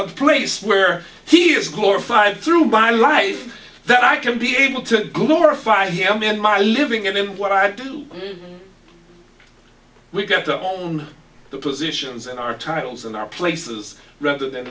the place where he is glorified through my life that i can be able to glorify him in my living and in what i do we get to own the positions and our titles and our places rather than